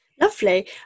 lovely